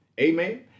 Amen